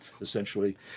essentially